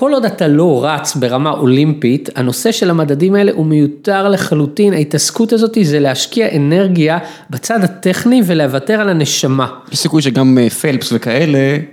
כל עוד אתה לא רץ ברמה אולימפית, הנושא של המדדים האלה הוא מיותר לחלוטין, ההתעסקות הזאת זה להשקיע אנרגיה בצד הטכני ולוותר על הנשמה. יש סיכוי שגם פלפס וכאלה.